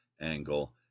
angle